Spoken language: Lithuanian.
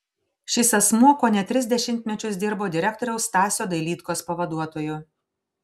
šis asmuo kone tris dešimtmečius dirbo direktoriaus stasio dailydkos pavaduotoju